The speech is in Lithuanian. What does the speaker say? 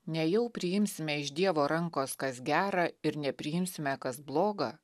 nejau priimsime iš dievo rankos kas gera ir nepriimsime kas bloga